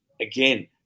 Again